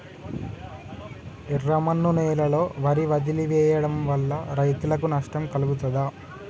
ఎర్రమన్ను నేలలో వరి వదిలివేయడం వల్ల రైతులకు నష్టం కలుగుతదా?